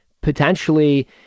Potentially